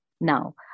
now